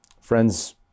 friends